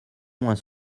moins